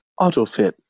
Autofit